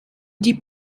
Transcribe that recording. die